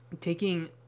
taking